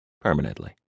permanently